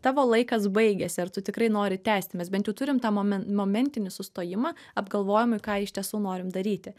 tavo laikas baigėsi ar tu tikrai nori tęsti mes bent jau turim tą momen momentinį sustojimą apgalvojimui ką iš tiesų norim daryti